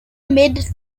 made